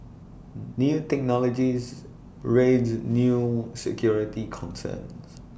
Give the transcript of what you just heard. new technologies raise new security concerns